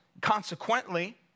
Consequently